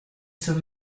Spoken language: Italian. sul